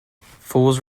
fools